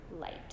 light